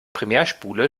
primärspule